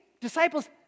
disciples